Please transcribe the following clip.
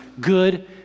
good